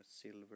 silver